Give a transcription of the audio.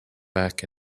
back